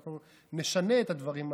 אנחנו נשנה את הדברים האלה,